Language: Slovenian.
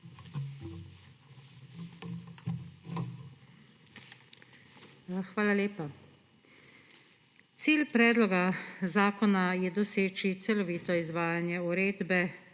Hvala lepa. Cilj predloga zakona je doseči celovito izvajanje Uredbe